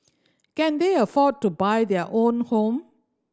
can they afford to buy their own home